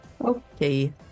Okay